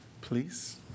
Please